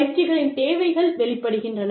பயிற்சிகளின் தேவைகள் வெளிப்படுகின்றன